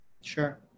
Sure